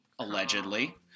allegedly